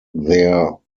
their